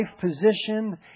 position